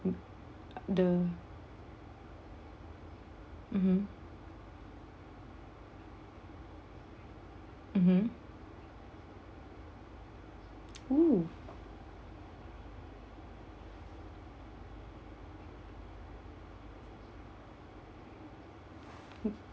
uh the mmhmm mmhmm oo